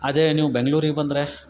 ಅದೇ ನೀವು ಬೆಂಗಳೂರಿಗೆ ಬಂದರೆ